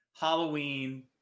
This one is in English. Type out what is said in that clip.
Halloween